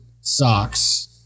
socks